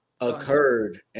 occurred